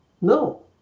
no